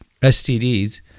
STDs